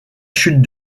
chute